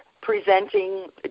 presenting